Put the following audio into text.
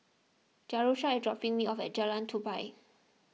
Jerusha is dropping me off at Jalan Tupai